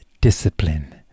discipline